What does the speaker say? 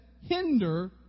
hinder